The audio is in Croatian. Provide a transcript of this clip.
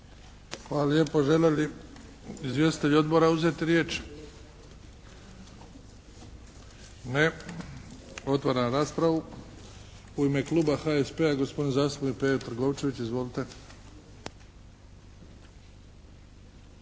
Hvala lijepo. Žele li izvjestitelji odbora uzeti riječ? Ne. Otvaram raspravu. U ime kluba HSP-a gospodin zastupnik Pejo Trgovčević. Izvolite.